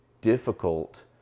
difficult